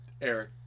Eric